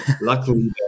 Luckily